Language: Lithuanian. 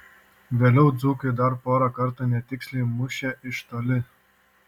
vėliau dzūkai dar porą kartų netiksliai mušė iš toli